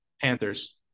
Panthers